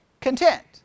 content